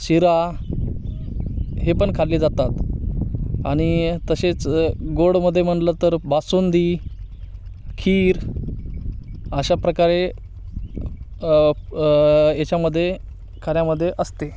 शिरा हे पण खाल्ले जातात आणि तसेच गोडमध्ये म्हणलं तर बासुंदी खीर अशा प्रकारे याच्यामध्ये खाण्यामध्ये असते